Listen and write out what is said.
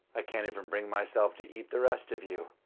can't even bring myself to eat the rest of you.